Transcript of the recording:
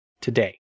today